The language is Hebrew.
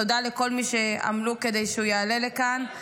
תודה לכל מי שעמלו כדי שהוא יעלה לכאן.